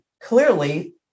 clearly